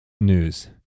News